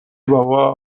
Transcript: بابا